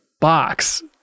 box